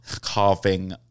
carving